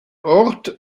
ort